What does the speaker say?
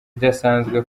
idasanzwe